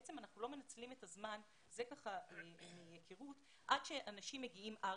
אנחנו בעצם לא מנצלים את הזמן זה מהכרות עד שאנשים מגיעים ארצה.